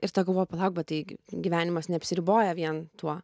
ir tada galvoju palauk bet tai gyvenimas neapsiriboja vien tuo